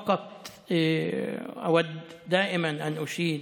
(אומר דברים בשפה